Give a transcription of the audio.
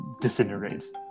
disintegrates